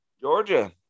Georgia